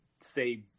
say